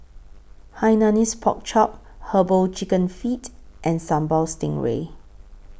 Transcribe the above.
Hainanese Pork Chop Herbal Chicken Feet and Sambal Stingray